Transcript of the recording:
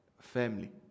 family